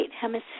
hemisphere